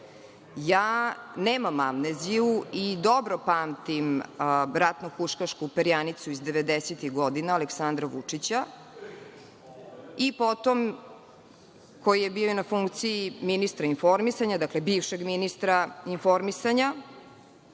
nemam amneziju i dobro pamtim ratno-huškašku perjanicu iz 90-ih godina Aleksandra Vučića, koji je bio na funkciji ministra informisanja, dakle, bivšeg ministra informisanja,